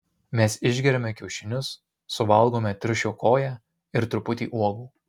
mes išgeriame kiaušinius suvalgome triušio koją ir truputį uogų